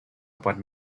about